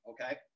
okay